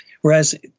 Whereas